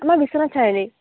মোৰ বিশ্বনাথ চাৰিআলি